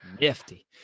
Nifty